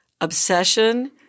obsession